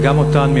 וגם אותן,